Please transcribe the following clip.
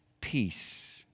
peace